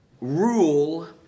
rule